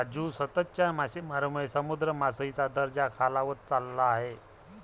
राजू, सततच्या मासेमारीमुळे समुद्र मासळीचा दर्जा खालावत चालला आहे